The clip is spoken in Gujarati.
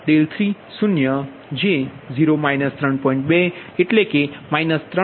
2 છે જે 3